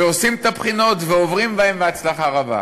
עושים את הבחינות ועוברים אותן בהצלחה רבה.